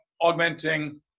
augmenting